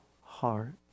heart